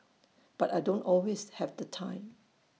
but I don't always have the time